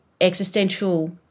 existential